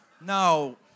no